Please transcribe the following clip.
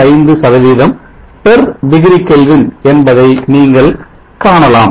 045 degree Kelvin என்பதை நீங்கள் காணலாம்